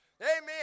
Amen